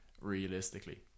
realistically